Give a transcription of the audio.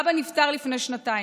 אבא נפטר לפני שנתיים.